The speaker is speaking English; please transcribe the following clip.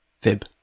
Fib